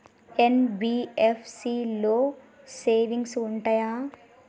NBFC లో savings ఉంటయా?